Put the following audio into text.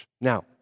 Now